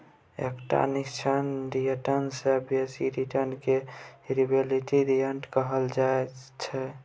एकटा निश्चित रिटर्न सँ बेसी रिटर्न केँ रिलेटिब रिटर्न कहल जाइ छै